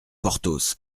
porthos